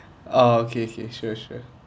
oo okay okay sure sure